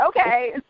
okay